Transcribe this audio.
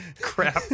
crap